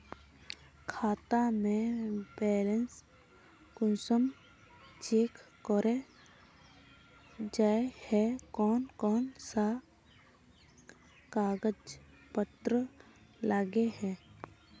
खाता में बैलेंस कुंसम चेक करे जाय है कोन कोन सा कागज पत्र लगे है?